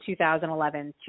2011